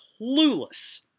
clueless